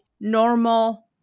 normal